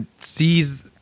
sees